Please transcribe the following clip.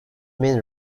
many